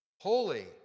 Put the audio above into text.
Holy